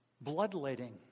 bloodletting